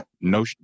No